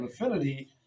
affinity